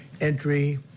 entry